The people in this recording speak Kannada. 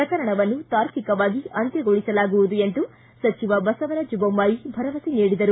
ಪ್ರಕರಣವನ್ನು ತಾರ್ಕಿಕವಾಗಿ ಅಂತ್ಯಗೊಳಿಸಲಾಗುವುದು ಎಂದು ಸಚಿವ ಬಸವರಾಜ್ ಬೊಮ್ಮಾಯಿ ಭರವಸೆ ನೀಡಿದರು